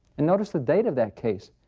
and notice the date of that case,